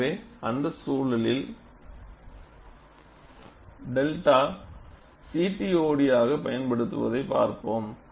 எனவே அந்த சூழலில் 𝚫 CTODஆக பயன்படுத்தப்படுவதை பார்ப்போம்